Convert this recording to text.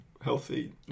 healthy